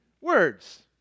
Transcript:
words